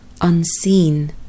unseen